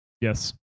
Yes